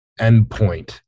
endpoint